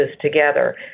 together